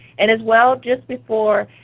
and as well, just before